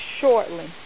shortly